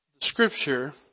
Scripture